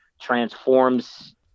transforms